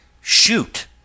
shoot